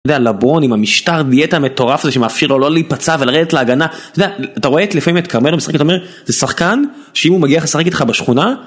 אתה יודע, לברון עם המשטר דיאטה מטורף הזה שמאפשר לו לא להיפצע ולרדת להגנה אתה יודע, אתה רואה לפעמים את קרמר, הוא משחק, אתה אומר זה שחקן, שאם הוא מגיח לשחק איתך בשכונה